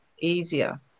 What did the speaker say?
easier